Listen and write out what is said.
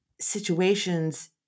situations